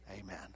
amen